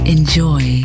Enjoy